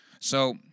So